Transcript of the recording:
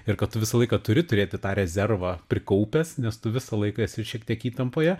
ir kad tu visą laiką turi turėti tą rezervą prikaupęs nes tu visą laiką esi šiek tiek įtampoje